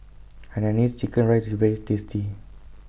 Hainanese Chicken Rice IS very tasty